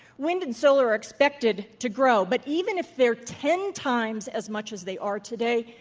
wind and solar are expected to grow, but even if they're ten times as much as they are today,